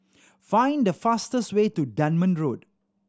find the fastest way to Dunman Road